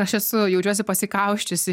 aš esu jaučiuosi pasikausčiusi